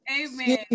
amen